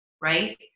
right